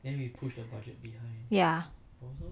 ya